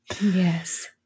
Yes